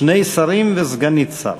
שאילתות דחופות לשני שרים וסגנית שר.